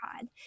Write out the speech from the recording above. God